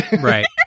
Right